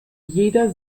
jeder